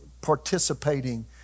participating